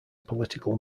political